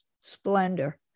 splendor